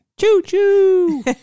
Choo-choo